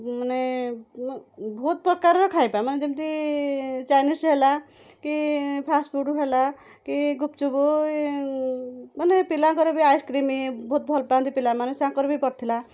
ମାନେ ବହୁତ ପ୍ରକାରର ଖାଇବା ମାନେ ଯେମତି ଚାଇନିସ ହେଲା କି ଫାଷ୍ଟଫୁଡ଼ ହେଲା କି ଗୁପଚୁପ ମାନେ ପିଲାଙ୍କର ବି ଆଇସକ୍ରିମ ବହୁତ ଭଲପାଆନ୍ତି ପିଲାମାନେ ତାଙ୍କର ବି ପଡ଼ିଥିଲା